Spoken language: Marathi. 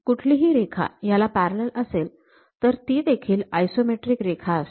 कुठलीही रेखा याला पॅरलल असेल तर ती देखील आयसोमेट्रिक रेखा असते